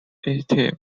esteem